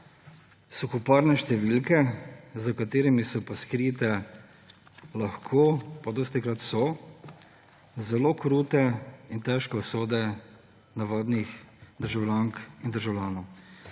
suhoparne številke, za katerimi so pa lahko skrite, dostikrat so, zelo krute in težke usode navadnih državljank in državljanov.